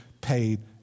paid